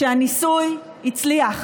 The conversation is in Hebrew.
שהניסוי הצליח.